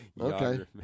Okay